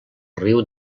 riu